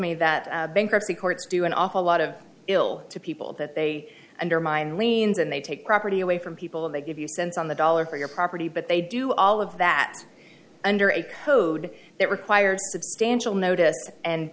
me that bankruptcy courts do an awful lot of ill to people that they undermine liens and they take property away from people and they give you cents on the dollar for your property but they do all of that under a code that require substantial notice and